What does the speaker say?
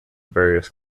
various